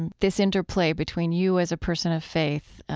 and this interplay between you as a person of faith,